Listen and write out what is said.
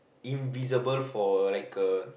invisible for a like a